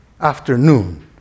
afternoon